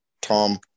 Tom